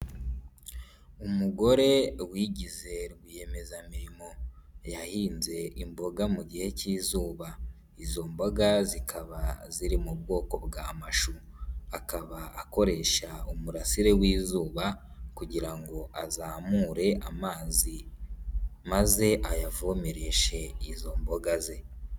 Umugore wigize rwiyemezamirimo, yahinze imboga mu gihe cy'izuba, izo mboga zikaba ziri mu bwoko bwa mashu, akaba akoresha umurasire w'izuba kugira ngo azamure amazi maze ayavomereshe izo mboga ze.